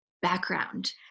background